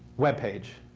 web page.